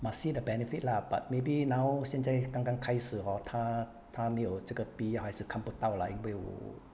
must see the benefit lah but maybe now 现在刚刚开始 hor 他他没有这个必要还是看不到啦因为 oo